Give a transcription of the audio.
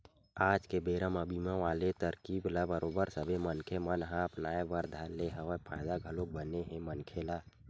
आज के बेरा म बीमा वाले तरकीब ल बरोबर सब मनखे मन ह अपनाय बर धर ले हवय फायदा घलोक बने हे मनखे ल